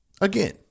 Again